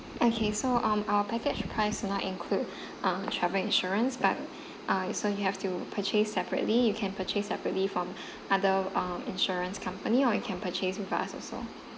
okay so um our package price do not include um travel insurance but uh so you have to purchase separately you can purchase separately from other uh insurance company or you can purchase with us also